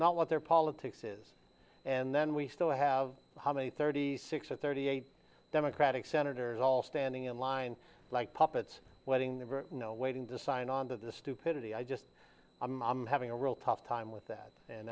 not what their politics is and then we still have how many thirty six or thirty eight democratic senators all standing in line like puppets wetting the no waiting to sign on to the stupidity i just i'm having a real tough time with that and